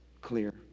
clear